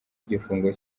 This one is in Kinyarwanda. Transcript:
igifungo